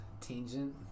tangent